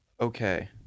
Okay